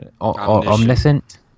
Omniscient